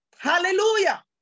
Hallelujah